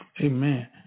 Amen